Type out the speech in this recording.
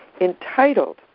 entitled